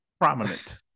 Prominent